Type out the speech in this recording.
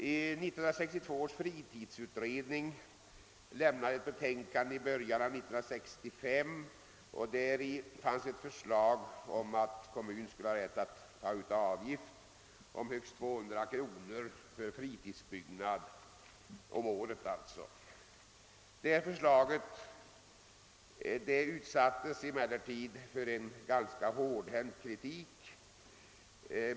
1962 års fritidsutredning avlämnade ett betänkande i början av 1965, och däri fanns ett förslag om att kommun skulle ha rätt att ta ut en avgift om högst 200 kronor per år på fritidsbyggnad. Förslaget utsattes för ganska hård kritik.